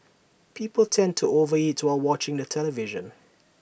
people tend to over eat to all watching the television